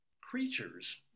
creatures